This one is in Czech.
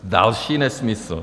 Další nesmysl.